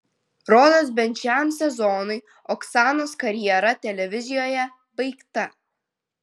rodos bent šiam sezonui oksanos karjera televizijoje baigta